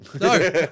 No